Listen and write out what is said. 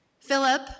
Philip